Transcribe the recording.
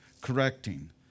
correcting